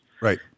Right